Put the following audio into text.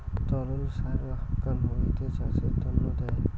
তরল সার হাকান ভুঁইতে চাষের তন্ন দেয়